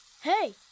Hey